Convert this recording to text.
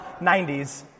90s